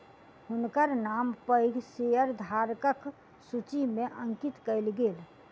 हुनकर नाम पैघ शेयरधारकक सूचि में अंकित कयल गेल